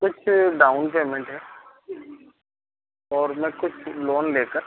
कुछ down payment है और मैं कुछ लोन लेकर